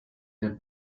der